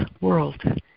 world